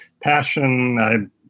passion